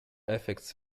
effects